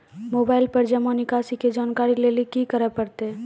Mobile पर जमा निकासी के जानकरी लेली की करे परतै?